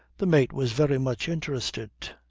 the mate was very much interested.